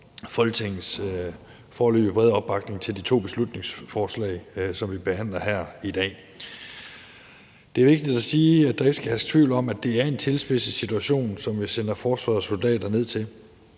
opbakning i Folketinget til de to beslutningsforslag, som vi behandler her i dag. Det er vigtigt at sige, at der ikke skal herske tvivl om, at det er en tilspidset situation, som vi sender forsvarets soldater ned til.